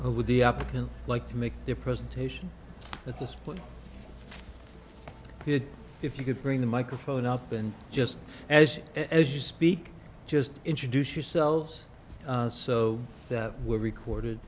with the applicant like to make their presentation at this point if you could bring the microphone up and just as as you speak just introduce yourselves so that we're recorded